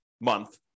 month